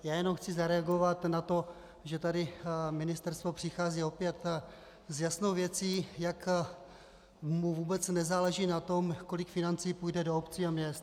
Já jenom chci zareagovat na to, že tady ministerstvo přichází opět s jasnou věcí, jak mu vůbec nezáleží na tom, kolik financí půjde do obcí a měst.